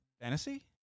fantasy